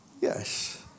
Yes